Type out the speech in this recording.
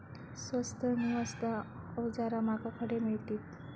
स्वस्त नी मस्त अवजारा माका खडे मिळतीत?